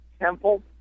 Temple